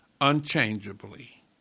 unchangeably